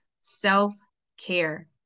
self-care